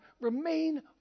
remain